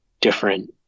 different